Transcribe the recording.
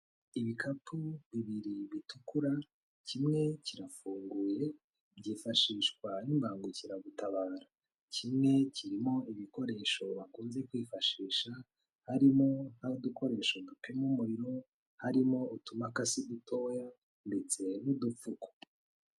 Ibikapu bibiri bitukura, kimwe kirafunguye byifashishwa n'ibangukiragutabara, kimwe kirimo ibikoresho bakunze kwifashisha harimo n'udukoresho dupima umuriro, harimo utumakasi dutoya ndetse n'udupfuko.